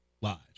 lives